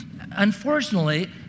Unfortunately